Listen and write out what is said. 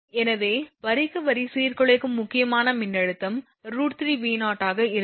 எனவே வரிக்கு வரி சீர்குலைக்கும் முக்கியமான மின்னழுத்தம் √3 V0 ஆக இருக்கும்